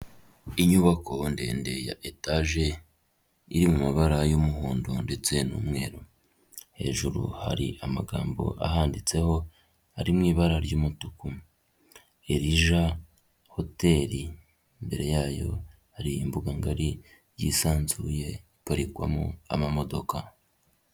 Inyubako ndende ya etaje iri mu mabara y'umuhondo ndetse n'umweru, hejuru hari amagambo ahanditseho ari mu ibara ry'umutuku, Erija hoteri, imbere yayo hari imbuga ngari yisanzuye iparikwamo amamodoka.